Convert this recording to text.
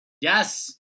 Yes